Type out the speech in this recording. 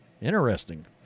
interesting